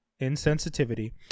insensitivity